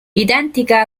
identica